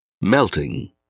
Melting